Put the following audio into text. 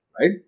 Right